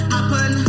Happen